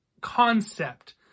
concept